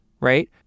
right